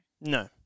No